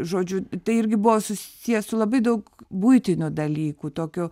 žodžiu tai irgi buvo susiję su labai daug buitinių dalykų tokiu